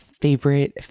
favorite